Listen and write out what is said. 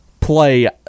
play